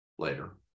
later